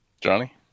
Johnny